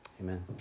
Amen